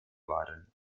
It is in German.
worden